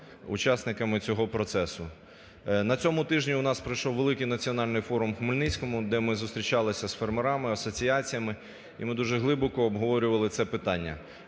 учасниками цього процесу. На цьому тижні у нас пройшов великий національний форум у Хмельницькому, де ми зустрічалися з фермерами, асоціаціями, і ми дуже глибоко обговорювали це питання.